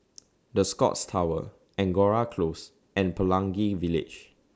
The Scotts Tower Angora Close and Pelangi Village